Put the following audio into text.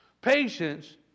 Patience